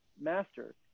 Master